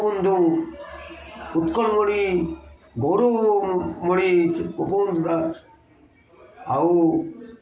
ଗୋପବନ୍ଧୁ ଉତ୍କଳମଣି ଗୌରବମଣି ଗୋପବନ୍ଧୁ ଦାସ ଆଉ